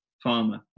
Farmer